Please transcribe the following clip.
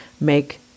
make